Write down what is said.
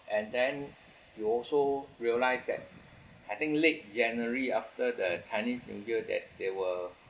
and then you also realize that I think late january after the chinese new year that they were